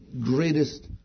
greatest